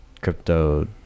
crypto